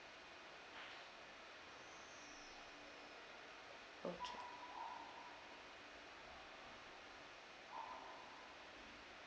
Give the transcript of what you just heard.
okay